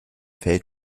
feld